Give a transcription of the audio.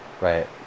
right